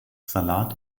salat